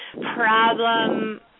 problem